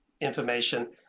information